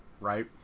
right